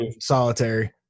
solitary